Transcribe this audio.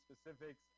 specifics